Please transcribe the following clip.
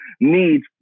need